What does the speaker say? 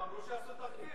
הם אמרו שעשו תחקיר,